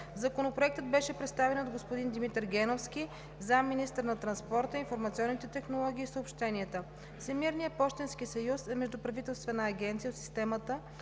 Законопроектът беше представен от господин Димитър Геновски – заместник-министър на транспорта, информационните технологии и съобщенията. Всемирният пощенски съюз е междуправителствена агенция от системата